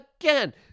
again